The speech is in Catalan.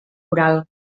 coral